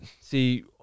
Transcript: see